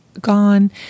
gone